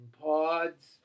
pods